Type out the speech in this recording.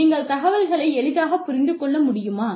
நீங்கள் தகவல்களை எளிதாக தெரிந்து கொள்ள முடியுமா